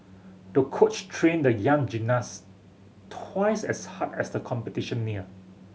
the coach trained the young gymnast twice as hard as the competition neared